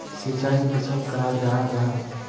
सिंचाई किसोक कराल जाहा जाहा?